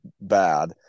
bad